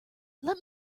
let